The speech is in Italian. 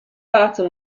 palazzo